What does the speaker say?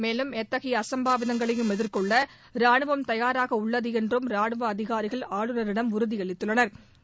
மேலும் எத்தகைய அசம்பாவிதங்களையும் எதிர்கொள்ள ராணுவம் தயாராக உள்ளது என்றும் ராணுவ அதிகாரிகள் ஆளுநரிடம் உறுதியளித்துள்ளனா்